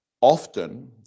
often